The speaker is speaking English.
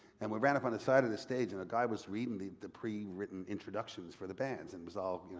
and we ran up on the side of the stage and a guy was reading the the pre-written introductions for the bands and it was all you know